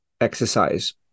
exercise